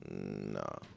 No